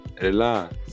Relax